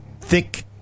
Thick